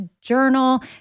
journal